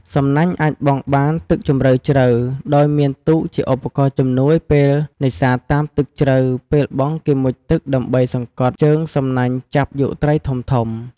សំណាញ់់អាចបង់បានទឹកជម្រៅជ្រៅ ដោយមានទូកជាឧបករណ៍ជំនួយពេលនេសាទតាមទឹកជ្រៅពេលបង់គេមុជទឹកដើម្បីសង្កត់ជើងសំណាញ់ចាប់យកត្រីធំៗ។